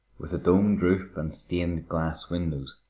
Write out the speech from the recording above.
with a domed roof and stained glass windows,